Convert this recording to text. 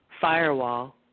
firewall